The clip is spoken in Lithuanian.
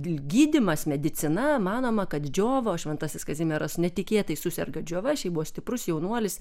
gydymas medicina manoma kad džiova o šventasis kazimieras netikėtai suserga džiova šiaip buvo stiprus jaunuolis